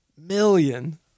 million